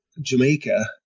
Jamaica